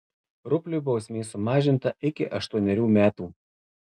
rupliui bausmė sumažinta iki aštuonerių metų